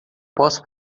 posso